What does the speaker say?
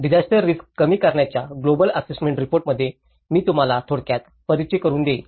disaster risk कमी करण्याच्या global assessment रिपोर्टमध्ये मी तुम्हाला थोडक्यात परिचय करून देईन